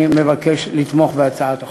אני מבקש לתמוך בהצעת החוק.